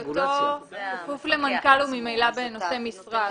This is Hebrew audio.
בהיותו כפוף למנכ"ל, הוא ממילא נושא משרה.